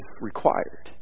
required